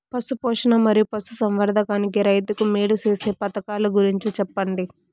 పశు పోషణ మరియు పశు సంవర్థకానికి రైతుకు మేలు సేసే పథకాలు గురించి చెప్పండి?